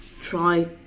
try